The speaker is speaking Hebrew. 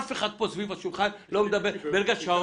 אף אחד פה סביב השולחן לא מדבר על זה.